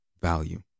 value